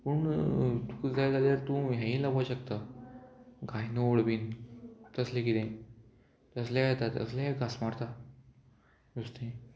पूण तुका जाय जाल्यार तूं हेंय लावपा शकता गांयदोळ बीन तसलें कितें तसलेंय येता तसलेंय घांस मारता नुस्तें